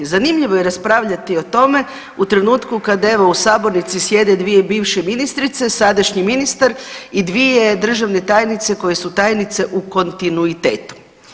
Zanimljivo je raspravljati o tome u trenutku kad evo u sabornici sjede dvije bivše ministrice, sadašnji ministar i dvije državne tajnice koje su tajnice u kontinuitetu.